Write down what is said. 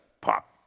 Pop